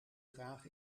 graag